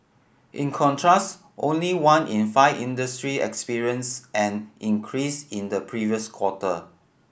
in contrast only one in five industry experienced an increase in the previous quarter